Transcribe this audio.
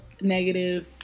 negative